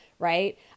right